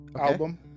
album